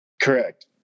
Correct